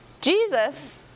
Jesus